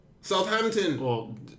Southampton